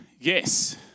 Yes